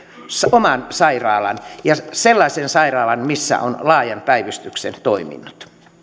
oman sairaalan ja sellaisen sairaalan missä on laajan päivystyksen toiminnot